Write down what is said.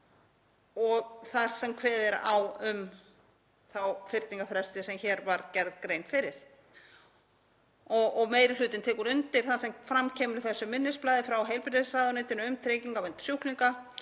þar sem kveðið er á um þá fyrningarfresti sem hér var gerð grein fyrir. Meiri hlutinn tekur undir það sem fram kemur í þessu minnisblaði frá heilbrigðisráðuneytinu um tryggingavernd sjúklinga,